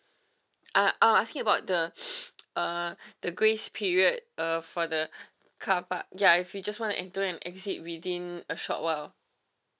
ah are asking about the uh the grace period uh for the carpark ya if we just want to enter and exit within a short while